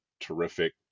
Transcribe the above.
terrific